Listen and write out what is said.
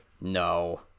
No